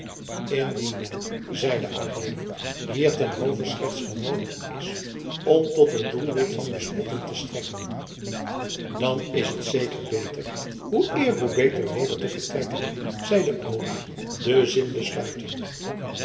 indien men zeide adeelen hier ten hove slechts genoodigd is om tot een doelwit van bespotting te strekken dan is het zeker beter hoe eer hoe beter weder te vertrekken zeide oda den zin besluitende